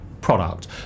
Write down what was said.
product